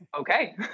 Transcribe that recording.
okay